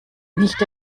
nicht